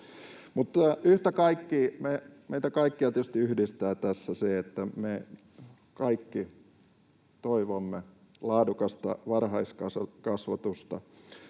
meitä kaikkia tietysti yhdistää tässä se, että me kaikki toivomme laadukasta varhaiskasvatusta.